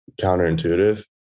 counterintuitive